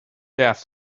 death